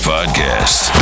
Podcast